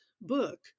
book